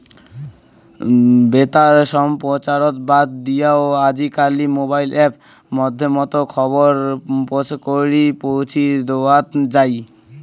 বেতার সম্প্রচার বাদ দিয়াও আজিকালি মোবাইল অ্যাপ মাধ্যমত খবর পছকরি পৌঁছি দ্যাওয়াৎ যাই